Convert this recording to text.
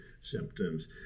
symptoms